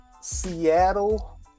Seattle